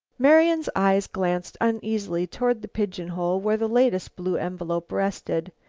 marian's eyes glanced uneasily toward the pigeon-hole where the latest blue envelope rested.